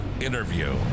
interview